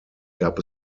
gab